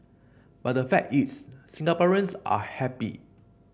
but the fact is Singaporeans are happy